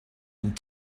and